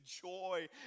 joy